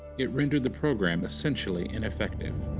it rendered the program essentially ineffective.